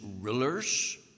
rulers